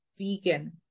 vegan